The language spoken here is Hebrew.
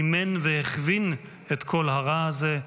אימן והכווין את כל הרע הזה,